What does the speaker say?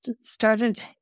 started